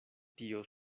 tio